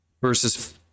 verses